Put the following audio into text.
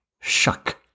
Shuck